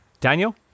Daniel